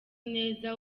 neza